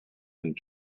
and